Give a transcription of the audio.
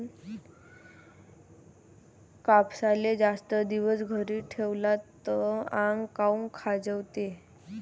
कापसाले जास्त दिवस घरी ठेवला त आंग काऊन खाजवते?